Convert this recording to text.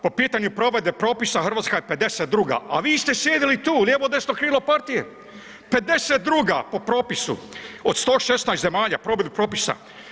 Po pitanju provedbe propisa Hrvatska je 52., a vi ste sjedili tu lijevo, desno krilo partije, 52.po propisu od 116 zemalja provedbi propisa.